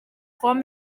joan